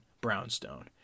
brownstone